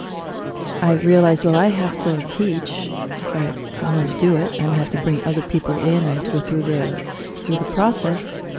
i realized, well, i have to teach if i want to do it. i'm gonna have to bring other people in. i have to go through the through the process.